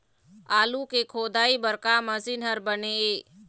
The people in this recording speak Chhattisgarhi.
आलू के खोदाई बर का मशीन हर बने ये?